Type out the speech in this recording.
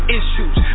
issues